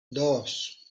dos